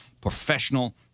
professional